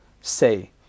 say